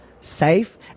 safe